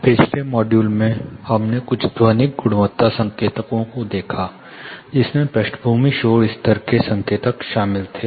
पिछले मॉड्यूल में हमने कुछ ध्वनिक गुणवत्ता संकेतकों को देखा जिसमें पृष्ठभूमि शोर स्तर के संकेतक शामिल थे